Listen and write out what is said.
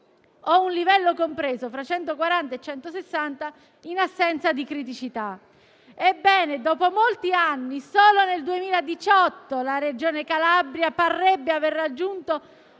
o un livello compreso fra 140 e 170 in assenza di criticità. Ebbene, dopo molti anni, solo nel 2018 la Regione Calabria parrebbe aver raggiunto